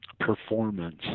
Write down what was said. performance